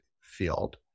field